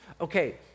Okay